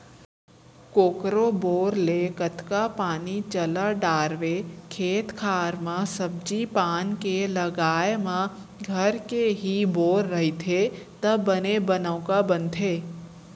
कोकरो बोर ले कतका पानी चला डारवे खेत खार म सब्जी पान के लगाए म घर के ही बोर रहिथे त बने बनउका बनथे